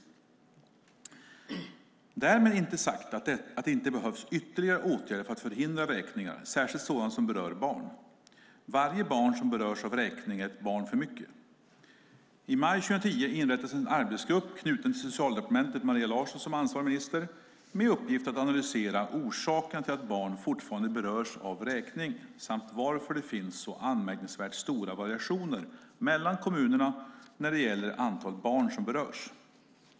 Därmed inte sagt att det inte behövs ytterligare åtgärder för att förhindra vräkningar, särskilt sådana som berör barn. Varje barn som berörs av vräkning är ett barn för mycket. I maj 2010 inrättades en arbetsgrupp, knuten till Socialdepartementet med Maria Larsson som ansvarig minister, med uppgift att analysera orsakerna till att barn fortfarande berörs av vräkning samt varför det finns så anmärkningsvärt stora variationer mellan kommunerna när det gäller antalet barn som berörs.